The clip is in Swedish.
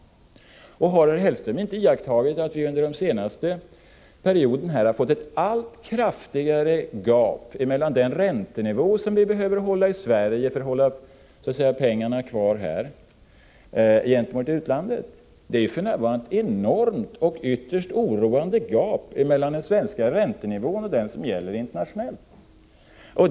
Har herr Hellström inte iakttagit att vi under den senaste perioden har fått ett allt kraftigare gap mellan den räntenivå vi behöver ha i Sverige gentemot utlandet för att hålla pengarna kvar? Det är för närvarande ett enormt och ytterst oroande gap mellan den svenska räntenivån och den som gäller internationellt.